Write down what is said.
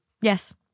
Yes